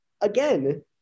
Again